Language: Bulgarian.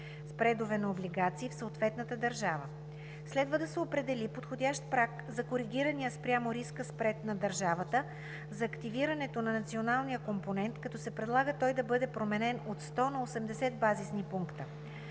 спредове на облигации в съответната държава. Следва да се определи подходящ праг за коригирания спрямо риска спред на държавата, за активирането на националния компонент, като се предлага той да бъде променен от 100 на 85 базисни пункта.